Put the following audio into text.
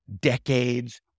decades